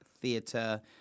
Theatre